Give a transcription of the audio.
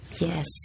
Yes